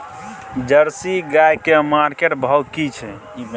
Jersey गाय की market भाव की छै?